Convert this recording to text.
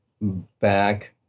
back